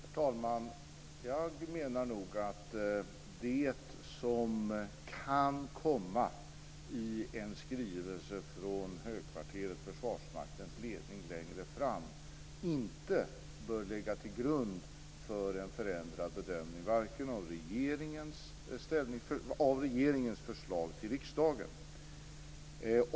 Herr talman! Jag menar nog att det som kan komma i en skrivelse från Försvarsmaktens ledning längre fram inte bör ligga till grund för en förändrad bedömning av regeringens förslag till riksdagen.